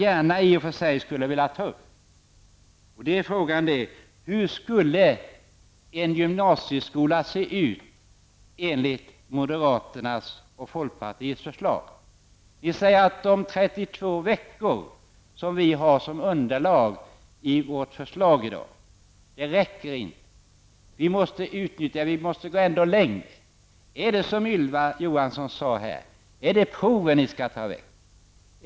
En fråga som jag gärna skulle vilja ta upp är: Hur skulle en gymnasieskola se ut enligt moderaternas och folkpartiets förslag? De säger att de 32 veckor som vi har som underlag i vårt förslag inte räcker, utan att det är nödvändigt att gå längre. Är det, som Ylva Johansson sade, proven ni skall ta väck?